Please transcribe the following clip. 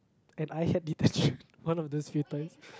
and I had detention one of those few times